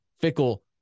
Fickle